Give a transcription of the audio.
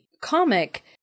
comic